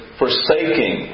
forsaking